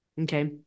Okay